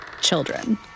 children